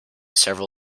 several